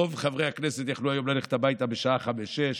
רוב חברי הכנסת יכלו היום ללכת הביתה בשעה 17:00,